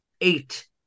Eight